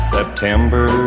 September